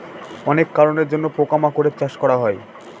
অনেক কারনের জন্য পোকা মাকড়ের চাষ করা হয়